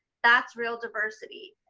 that's real diversity,